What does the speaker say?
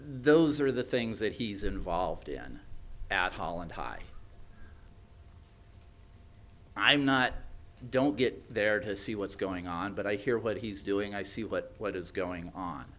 those are the things that he's involved in at holland high i'm not don't get there to see what's going on but i hear what he's doing i see what what is going